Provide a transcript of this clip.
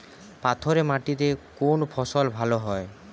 পাথরে মাটিতে কোন ফসল ভালো হয়?